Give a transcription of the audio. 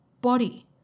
body